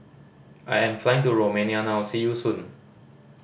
I am flying to Romania now see you soon